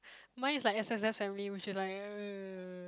mine is like S_S_S family which is like ugh